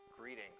greetings